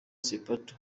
sepetu